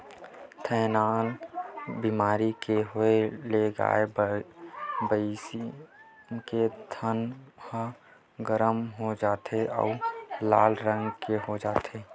थनैल बेमारी के होए ले गाय, भइसी के थन ह गरम हो जाथे अउ लाल रंग के हो जाथे